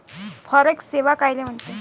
Forex सेवा कायले म्हनते?